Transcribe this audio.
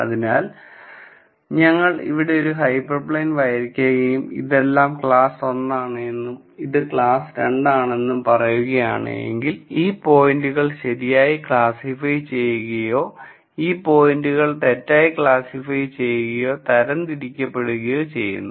അതിനാൽ ഞങ്ങൾ ഇവിടെ ഒരു ഹൈപ്പർ പ്ലെയിൻ വരയ്ക്കുകയും ഇതെല്ലാം ക്ലാസ് 1 ആണെന്നും ഇത് ക്ലാസ് 2 ആണെന്നും പറയുകയാണെങ്കിൽ ഈ പോയിന്റുകൾ ശരിയായി ക്ലാസ്സിഫൈ ചെയ്യുകയോ ഈ പോയിന്റുകൾ തെറ്റായി ക്ലാസ്സിഫൈ ചെയ്യുകയോ തരംതിരിക്കപ്പെടുകയോ ചെയ്യുന്നു